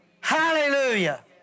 Hallelujah